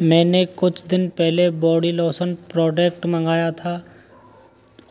मैने कुछ दिन पहले बॉडी लोसन का प्रोडक्ट मंगाया था